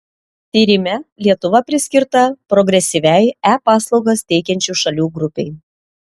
tyrime lietuva priskirta progresyviai e paslaugas teikiančių šalių grupei